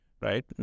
right